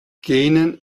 gähnen